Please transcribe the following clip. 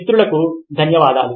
మిత్రులకు ధన్యవాదాలు